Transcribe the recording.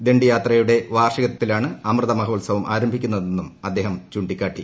ദണ്ഡിയാത്രയുടെ വാർഷികത്തിലാണ്ട് അമൃത മഹോത്സവം ആരംഭിക്കുന്നതെന്നും അദ്ദേഹം ചൂണ്ട്ടിക്കാട്ടി